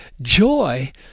joy